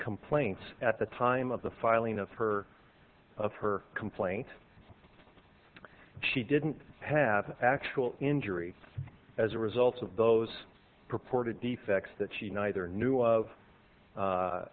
complaints at the time of the filing of her of her complaint she didn't have actual injury as a result of those purported defects that she neither knew of